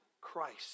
Christ